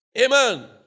Amen